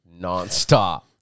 nonstop